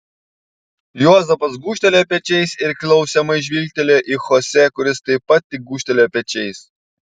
juozapas gūžtelėjo pečiais ir klausiamai žvilgtelėjo į chose kuris taip pat tik gūžtelėjo pečiais